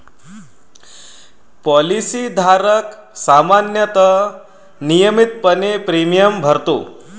policy धारक सामान्यतः नियमितपणे प्रीमियम भरतो